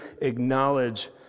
acknowledge